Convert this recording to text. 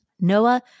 Noah